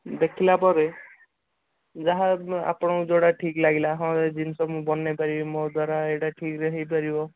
ଦେଖିଲା ପରେ ଯାହା ଆପଣଙ୍କୁ ଯେଉଁଟା ଠିକ୍ ଲାଗିଲା ହଁ ଏଇ ଜିନିଷ ମୁଁ ବନାଇ ପାରିବି ମୋ ଦ୍ୱାରା ଏଇଟା ଠିକ୍ ରେ ହୋଇପାରିବ